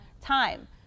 time